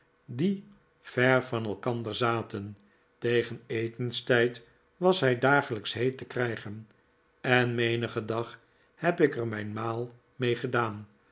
die ver van elkander zaten tegen etenstijd was hij dagelijks heet te krijgen en menigen dag heb ik er mijn maal